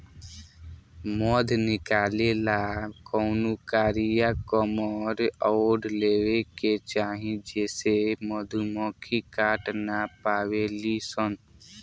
मध निकाले ला कवनो कारिया कमर ओढ़ लेवे के चाही जेसे मधुमक्खी काट ना पावेली सन